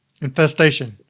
infestation